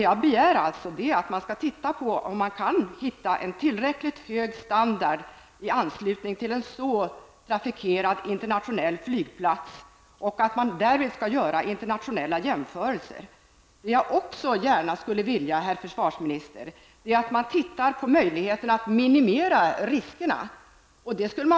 Jag begär att man skall undersöka om man kan få en tillräckligt hög standard i anslutning till en så starkt trafikerad internationell flygplats och att man därvid skall göra internationella jämförelser. Jag skulle också vilja, herr försvarsminister, att man redan i dag prövade möjligheterna att minimera riskerna.